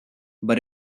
but